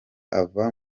ava